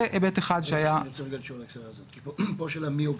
-- מי אוגר?